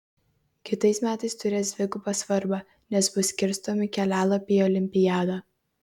kitais metais turės dvigubą svarbą nes bus skirstomi kelialapiai į olimpiadą